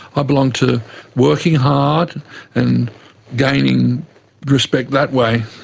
ah belong to working hard and gaining respect that way,